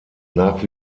nach